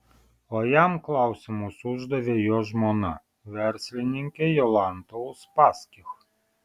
o jam klausimus uždavė jo žmona verslininkė jolanta uspaskich